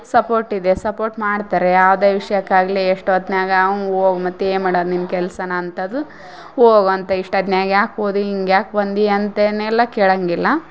support ಇದೆ support ಮಾಡ್ತಾರೆ ಯಾವುದೇ ವಿಷಯಕ್ಕಾಗ್ಲಿ ಎಷ್ಟು ಹೊತ್ನ್ಯಾಗ ಹ್ಞೂ ಹೋಗ್ ಮತ್ತೆ ಏನು ಮಾಡದು ನಿಮ್ಮ ಕೆಲಸಾನ ಅಂಥದ್ದು ಹೋಗ್ ಅಂತ ಇಷ್ಟು ಹೊತ್ನಾಗ ಯಾಕೆ ಹೋದಿ ಹಿಂಗ್ ಯಾಕೆ ಬಂದಿ ಅಂತ ಏನು ಎಲ್ಲ ಕೇಳಂಗಿಲ್ಲ